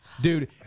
Dude